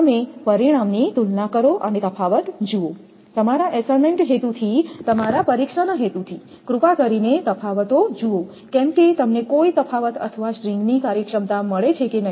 તમે પરિણામની તુલના કરો અને તફાવત જુઓ તમારા અસાઇનમેન્ટ હેતુથી તમારા પરીક્ષાના હેતુથી કૃપા કરીને તફાવતો જુઓ કેમ કે તમને કોઈ તફાવત અથવા સ્ટ્રિંગની કાર્યક્ષમતા મળે છે કે નહિ